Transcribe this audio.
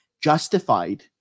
justified